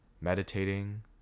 meditating